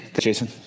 Jason